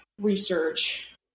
research